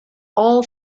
all